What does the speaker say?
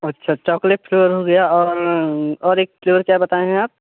अच्छा chocolate flavour हो गया और और एक क्या बताएँ हैं आप